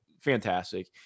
fantastic